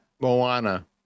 Moana